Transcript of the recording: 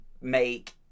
make